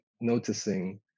noticing